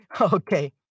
Okay